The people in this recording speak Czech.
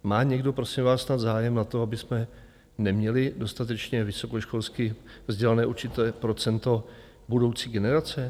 Má někdo, prosím vás, snad zájem na tom, abychom neměli dostatečně vysokoškolsky vzdělané určité procento budoucí generace?